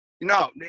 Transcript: No